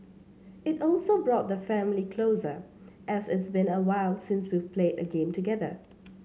it also brought the family closer as it's been awhile since we've played a game together